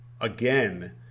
again